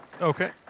Okay